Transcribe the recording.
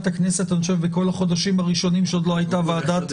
הכנסת בכל החודשים הראשונים כשעוד לא הייתה ועדת חוקה.